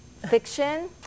Fiction